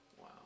Wow